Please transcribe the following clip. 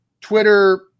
Twitter